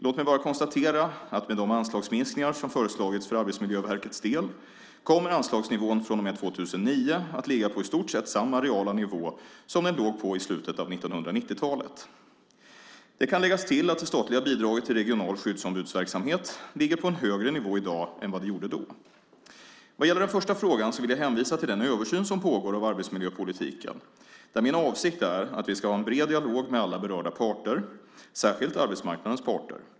Låt mig bara konstatera att med de anslagsminskningar som föreslagits för Arbetsmiljöverkets del kommer anslagsnivån från och med 2009 att ligga på i stort sett samma reala nivå som den låg på i slutet av 1990-talet. Det kan läggas till att det statliga bidraget till regional skyddsombudsverksamhet ligger på en högre nivå i dag än vad det gjorde då. Vad gäller den första frågan vill jag hänvisa till den översyn som pågår av arbetsmiljöpolitiken där min avsikt är att vi ska ha en bred dialog med alla berörda parter, särskilt arbetsmarknadens parter.